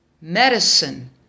medicine